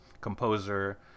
composer